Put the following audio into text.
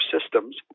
systems